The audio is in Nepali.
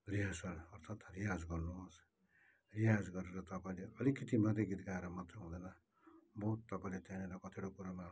रिहरसल अर्थात रिहाज गर्नुहोस् रिहाज गरेर तपाईँले अलिकति मात्रै गीत गाएर मात्रै हुँदैन बहुत तपाईँले त्यहाँनिर कतिवटा कुरामा